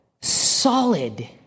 solid